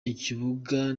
ikibuga